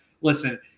listen